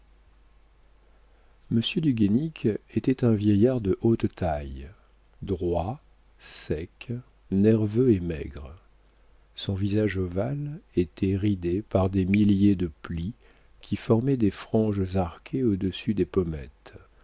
du guénic était un vieillard de haute taille droit sec nerveux et maigre son visage ovale était ridé par des milliers de plis qui formaient des franges arquées au-dessus des pommettes